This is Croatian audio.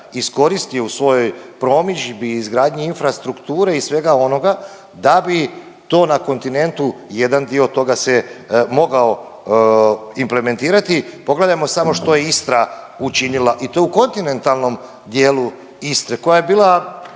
iskoristio u svojoj promidžbi i izgradnji infrastrukture i svega onoga da bi to na kontinentu jedan dio toga se mogao implementirati. Pogledajmo samo što je Istra učinila i to u kontinentalnom dijelu Istre, koja je bila